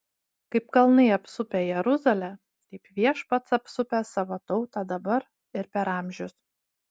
kaip kalnai apsupę jeruzalę taip viešpats apsupęs savo tautą dabar ir per amžius